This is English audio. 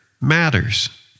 matters